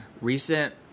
recent